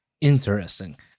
Interesting